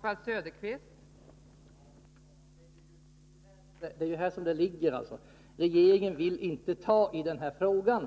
Fru talman! Det är ju detta som visar regeringens svaghet: regeringen vill Tisdagen den inte ta i denna fråga